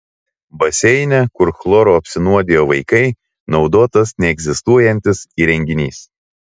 baseine kur chloru apsinuodijo vaikai naudotas neegzistuojantis įrenginys